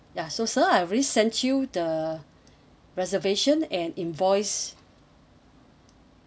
ya so sir I've already sent you the reservation and invoice